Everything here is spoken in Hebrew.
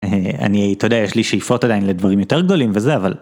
אני... אתה יודע, יש לי שאיפות עדיין לדברים יותר גדולים וזה אבל...